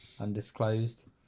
undisclosed